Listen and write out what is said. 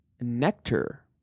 Nectar